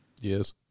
Yes